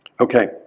Okay